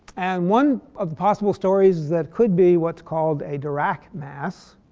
and one of the possible stories is that could be what's called a dirac mass.